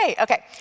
okay